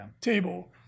table